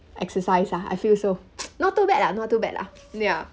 exercise ah I feel so not too bad lah not too bad lah ya